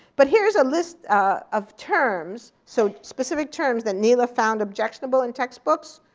but here's a list of terms, so specific terms that nela found objectionable in textbooks.